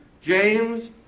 James